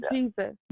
Jesus